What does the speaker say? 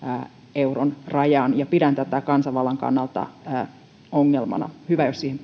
euron rajan pidän tätä kansanvallan kannalta ongelmana hyvä jos siihen